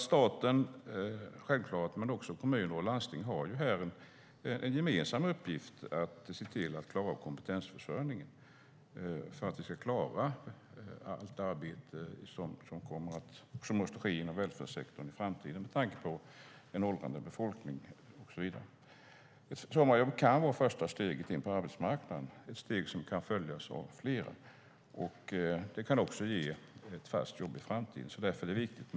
Staten, självklart, men också kommuner och landsting har en gemensam uppgift att se till att klara av kompetensförsörjningen för att vi ska klara allt arbete som måste ske inom välfärdssektorn i framtiden med tanke på en åldrande befolkning och så vidare. Ett sommarjobb kan vara första steget in på arbetsmarknaden, ett steg som kan följas av flera. Det kan också ge ett fast jobb i framtiden. Därför är det viktigt.